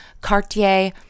Cartier